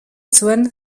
zuen